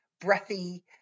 breathy